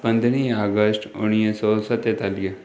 पंद्रहीं आगस्टु उणवीह सौ सतेतालीह